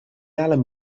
يعلم